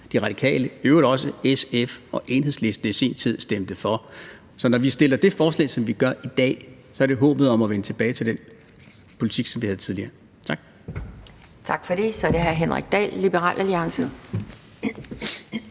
De Radikale og i øvrigt også SF og Enhedslisten i sin tid stemte for. Så når vi fremsætter det forslag, som vi behandler i dag, er det i håbet om at vende tilbage til den politik, som vi havde tidligere. Tak. Kl. 12:26 Anden næstformand (Pia